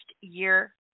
year